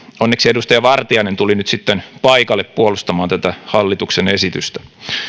onneksi edustaja vartiainen tuli nyt sitten paikalle puolustamaan tätä hallituksen esitystä